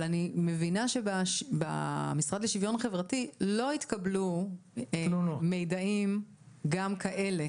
אבל אני מבינה שבמשרד לשוויון חברתי לא התקבלו מיידעים גם כאלה.